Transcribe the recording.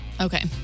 Okay